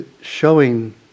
showing